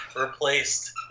replaced